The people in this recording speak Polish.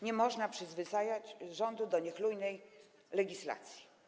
Nie można przyzwyczajać rządu do niechlujnej legislacji.